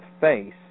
face